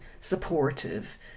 supportive